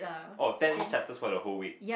oh ten chapters for the whole week